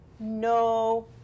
no